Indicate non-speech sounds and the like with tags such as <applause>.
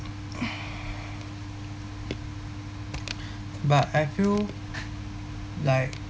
<breath> but I feel like